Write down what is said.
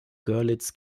görlitz